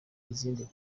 izindi